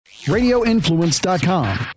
RadioInfluence.com